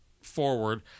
forward